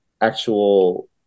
actual